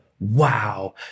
Wow